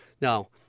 Now